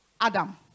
Adam